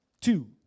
two